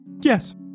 Yes